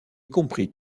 compris